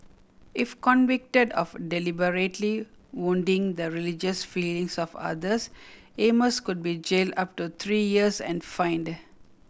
if convicted of deliberately wounding the religious feelings of others Amos could be jailed up to three years and fined